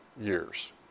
years